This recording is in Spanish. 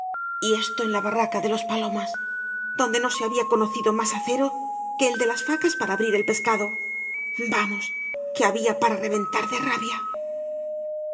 y esto en la barraca de los palomas donde no se había conocido más acero que el de las facas para abrir el v blasco ibáñez pescado vamos que había para reventar de rabia